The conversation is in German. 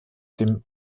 dem